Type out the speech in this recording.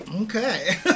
Okay